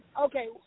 Okay